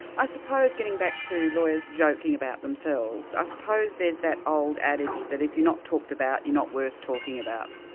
i suppose getting back to lawyers joking about themselves, i suppose there's that old adage that if you're not talked about, you're not worth talking about.